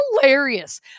hilarious